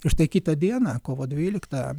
štai kitą dieną kovo dvyliktą